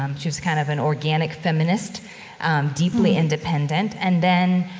um she was kind of an organic feminist um, deeply independent. and then,